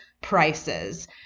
prices